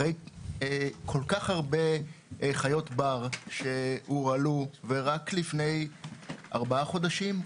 אחרי כל כך הרבה חיות בר שהורעלו ורק לפני ארבעה חודשים,